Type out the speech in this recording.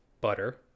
Butter